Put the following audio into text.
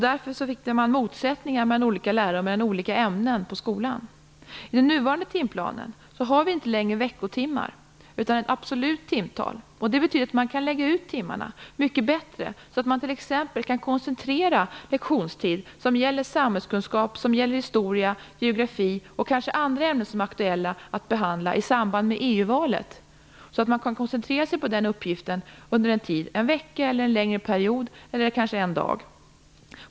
Därför fick man motsättningar mellan olika lärare och olika ämnen på skolan. I den nuvarande timplanen har vi inte längre veckotimmar, utan ett absolut timtal. Det betyder att man kan lägga ut timmarna mycket bättre så att man t.ex. kan koncentrera lektionstid som gäller samhällskunskap, historia, geografi och kanske också andra ämnen som är aktuella att behandla i samband med EU-valet. På det sättet skall man kunna koncentrera sig på den uppgiften under en vecka eller en längre period, eller kanske bara under en dag.